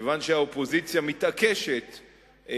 מכיוון שהאופוזיציה מתעקשת,